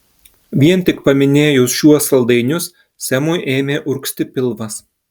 vien tik paminėjus šiuos saldainius semui ėmė urgzti pilvas